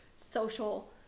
social